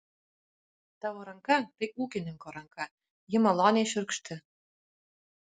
tavo ranka tai ūkininko ranka ji maloniai šiurkšti